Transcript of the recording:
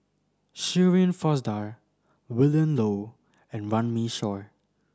Shirin Fozdar Willin Low and Runme Shaw